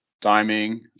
timing